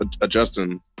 adjusting